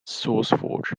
sourceforge